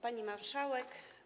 Pani Marszałek!